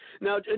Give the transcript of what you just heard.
now